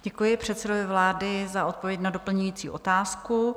Děkuji předsedovi vlády za odpověď na doplňující otázku.